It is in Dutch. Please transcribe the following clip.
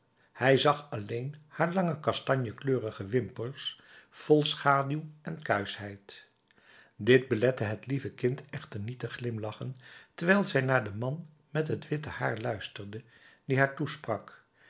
hij zag alleen haar lange kastanjekleurige wimpers vol schaduw en kuischheid dit belette het lieve kind echter niet te glimlachen terwijl zij naar den man met het witte haar luisterde die haar toesprak